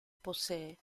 posee